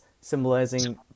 symbolizing